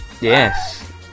Yes